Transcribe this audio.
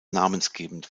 namensgebend